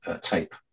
tape